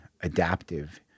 adaptive